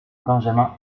benjamin